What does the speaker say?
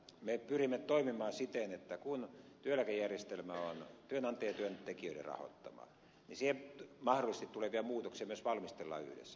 me pyrimme toimimaan siten että kun työeläkejärjestelmä on työnantajien ja työntekijöiden rahoittama niin siihen mahdollisesti tulevia muutoksia myös valmistellaan yhdessä